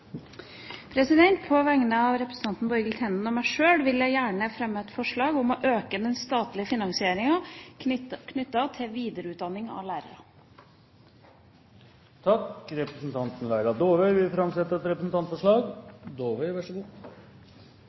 representantforslag. På vegne av representanten Borghild Tenden og meg sjøl vil jeg gjerne fremme et forslag om å øke den statlige finansieringen knyttet til videreutdanning av lærere. Representanten Laila Dåvøy vil framsette et representantforslag.